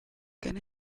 can